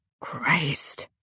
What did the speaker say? Christ